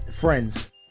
Friends